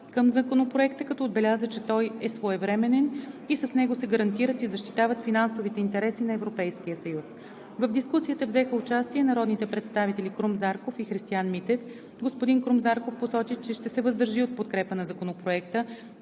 към Законопроекта, като отбеляза, че той е своевременен и с него се гарантират и защитават финансовите интереси на Европейския съюз. В дискусията взеха участие народните представители Крум Зарков и Христиан Митев. Господин Крум Зарков посочи, че ще се въздържи от подкрепа на Законопроекта,